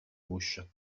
bouche